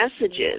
messages